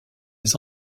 les